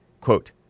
quote